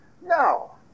No